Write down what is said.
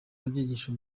inyigisho